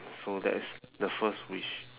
so that is the first wish